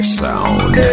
sound